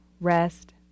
rest